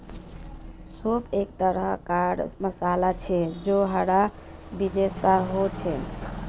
सौंफ एक तरह कार मसाला छे जे हरा बीजेर सा होचे